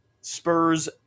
Spurs